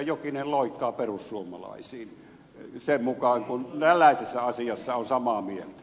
jokinen loikkaa perussuomalaisiin kun tällaisessa asiassa on samaa mieltä